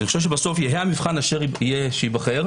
בסוף יהא המבחן שייבחר,